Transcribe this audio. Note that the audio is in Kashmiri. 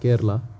کیرلا